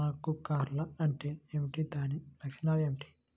ఆకు కర్ల్ అంటే ఏమిటి? దాని లక్షణాలు ఏమిటి?